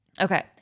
okay